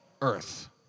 earth